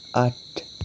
आठ